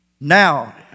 Now